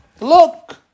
Look